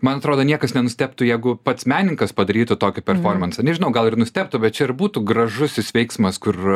man atrodo niekas nenustebtų jeigu pats menininkas padarytų tokį performansą nežinau gal ir nustebtų bet čia ir būtų gražusis veiksmas kur